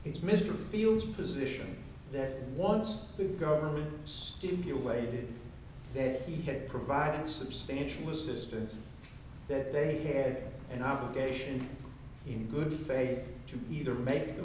it's mr field's position that once the government stimulated it he had provided substantial assistance that they care an obligation in good faith to either make the